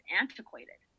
antiquated